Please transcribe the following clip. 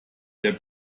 der